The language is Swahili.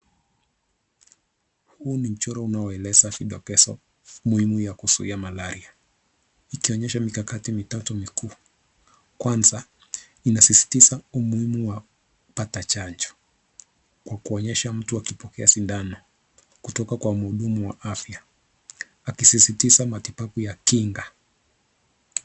Huu ni mchoro unaoeleza vidokezo muhimu ya kuzuia malaria ikionyesha mikakati mitatu mikuu. Kwanza, inasisitiza umuhimu wa kupata chanjo kwa kuonyesha mtu akipokea sindano kutoka kwa mhudumu wa afya akisisitiza matibabu ya kinga.